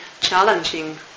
challenging